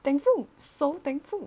thankful so thankful